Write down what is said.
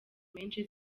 menshi